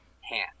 hand